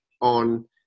on